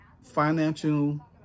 financial